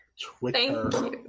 Twitter